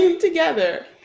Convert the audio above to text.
together